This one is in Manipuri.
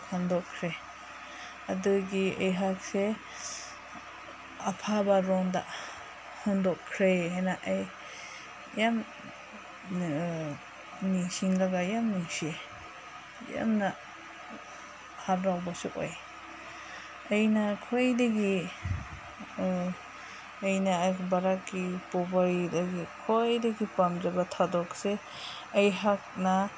ꯍꯟꯗꯣꯛꯈ꯭ꯔꯦ ꯑꯗꯨꯒꯤ ꯑꯩꯍꯥꯛꯁꯦ ꯑꯐꯕꯔꯣꯝꯗ ꯍꯟꯗꯣꯛꯈ꯭ꯔꯦ ꯍꯥꯏꯅ ꯑꯩ ꯌꯥꯝ ꯅꯤꯡꯁꯤꯡꯂꯒ ꯌꯥꯝ ꯅꯨꯡꯁꯤ ꯌꯥꯝꯅ ꯍꯔꯥꯎꯕꯁꯨ ꯑꯣꯏ ꯑꯩꯅ ꯈ꯭ꯋꯥꯏꯗꯒꯤ ꯑꯩꯅ ꯚꯥꯔꯠꯀꯤ ꯄꯨꯋꯥꯔꯤꯗꯒꯤ ꯈ꯭ꯋꯥꯏꯗꯒꯤ ꯄꯥꯝꯖꯕ ꯊꯧꯗꯣꯛꯁꯦ ꯑꯩꯍꯥꯛꯅ